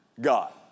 God